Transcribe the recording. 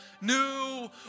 new